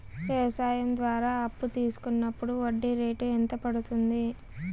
వ్యవసాయం ద్వారా అప్పు తీసుకున్నప్పుడు వడ్డీ రేటు ఎంత పడ్తుంది